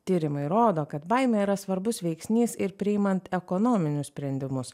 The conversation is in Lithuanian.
tyrimai rodo kad baimė yra svarbus veiksnys ir priimant ekonominius sprendimus